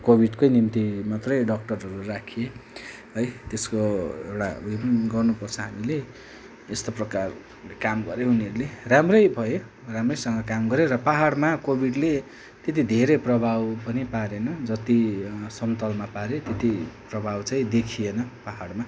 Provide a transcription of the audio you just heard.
कोविडकै निम्ति मात्रै डाक्टरहरू राखिए है त्यसको एउटा उयो पनि गर्नुपर्छ हामीले त्यस्तो प्रकारले काम गरे उनीहरूले राम्रै भए राम्रैसँग काम गरे र पाहाडमा कोविडले त्यति धेरै प्रभाव पनि पारेन जति समतलमा पारे त्यति प्रभाव चाहिँ देखिएन पाहाडमा